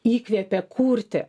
įkvepia kurti